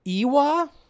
Iwa